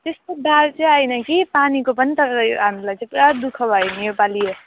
त्यस्तो बाढ चाहिँ आएन कि पानीको पनि तर हामीलाई चाहिँ पुरा दुःख भयो नि योपालि